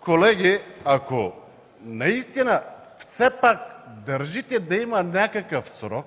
колеги, ако наистина държите да има някакъв срок,